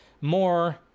more